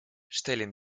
stellen